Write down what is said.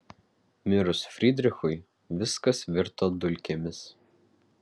mirus frydrichui viskas virto dulkėmis